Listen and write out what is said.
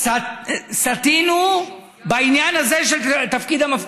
אני אומַר את האמת, ואת האמת שלי.